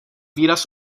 výraz